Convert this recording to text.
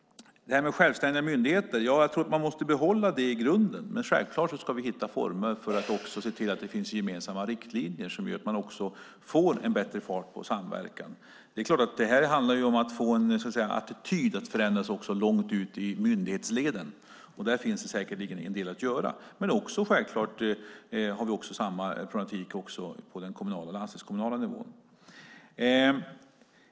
Vad beträffar självständiga myndigheter tror jag att man i grunden måste behålla dem, men självklart ska vi hitta former för att se till att det finns gemensamma riktlinjer som gör att man får bättre fart på samverkan. Det handlar om att ändra attityder långt ut i myndighetsleden; där finns säkerligen en del att göra. Naturligtvis har vi samma problematik även på den kommunala och landstingskommunala nivån.